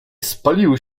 spaliły